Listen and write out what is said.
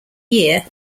year